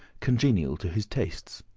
congenial to his tastes.